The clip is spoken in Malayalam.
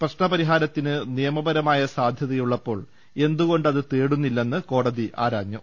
പ്രശ്നപരിഹാരത്തിന് നിയമപരമായ സാധ്യതയുള്ളപ്പൊൾ എന്തുകൊണ്ട് അത് തേടുന്നില്ലെന്ന് കോടതി ആരാഞ്ഞു